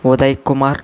Udaykumar